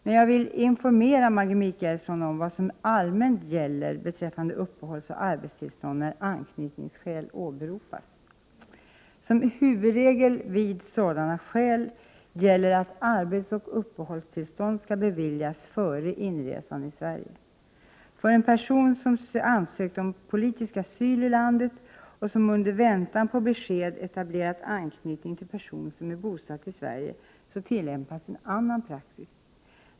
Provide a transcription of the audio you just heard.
Jag vill emellertid informera Maggi Mikaelsson om vad som allmänt gäller beträffande uppehållsoch arbetstillstånd då anknytningsskäl åberopas. Som huvudregel vid sådana skäl gäller att uppehållsoch arbetstillstånd skall ha beviljats före inresan i Sverige. För en person som ansökt om politisk asyl i landet och som under väntan på besked etablerat en anknytning till en person som är bosatt i Sverige tillämpas en annan praxis.